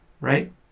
Right